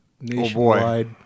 nationwide